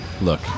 Look